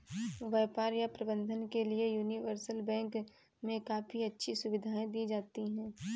व्यापार या प्रबन्धन के लिये यूनिवर्सल बैंक मे काफी अच्छी सुविधायें दी जाती हैं